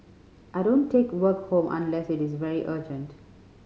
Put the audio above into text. I don't take work home unless it is very urgent